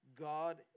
God